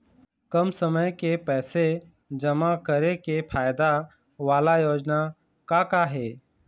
कम समय के पैसे जमा करे के फायदा वाला योजना का का हे?